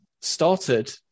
started